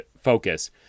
focus